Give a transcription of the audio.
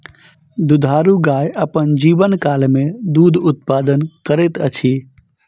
दुधारू गाय अपन जीवनकाल मे दूध उत्पादन करैत अछि